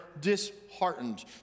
disheartened